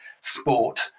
sport